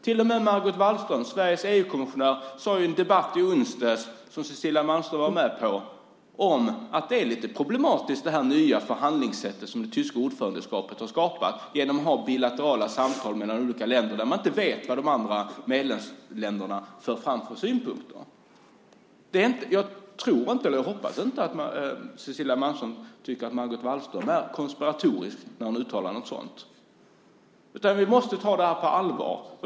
Till och med Margot Wallström, Sveriges EU-kommissionär sade i en debatt i onsdags, då Cecilia Malmström var med, att det nya förhandlingssätt som det tyska ordförandeskapet har skapat är lite problematiskt genom att man har bilaterala samtal med de olika länderna, där man inte vet vilka synpunkter som de andra medlemsländerna för fram. Jag hoppas att Cecilia Malmström inte tycker att Margot Wallström är konspiratorisk när hon uttalar något sådant. Vi måste ta det här på allvar.